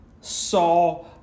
saw